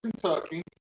Kentucky